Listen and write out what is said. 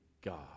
God